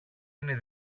είναι